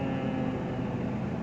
mm